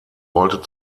wollte